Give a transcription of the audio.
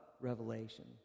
Revelation